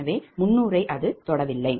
எனவே 300 ரை தொடவில்லை